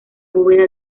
bóveda